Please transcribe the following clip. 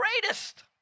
greatest